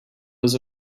was